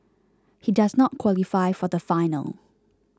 he does not qualify for the final